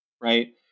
right